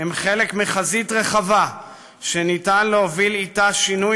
הם חלק מחזית רחבה שניתן להוביל אתה שינוי